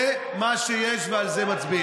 זה מה שיש ועל זה מצביעים.